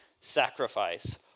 sacrifice